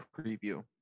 preview